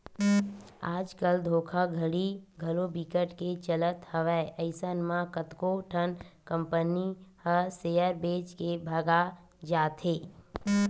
आज कल धोखाघड़ी घलो बिकट के चलत हवय अइसन म कतको ठन कंपनी ह सेयर बेच के भगा जाथे